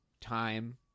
time